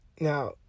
Now